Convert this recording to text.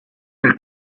nel